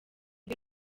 rwe